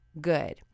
good